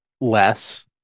less